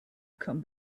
come